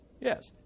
Yes